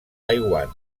taiwan